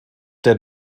der